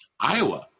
Iowa